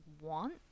want